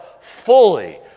fully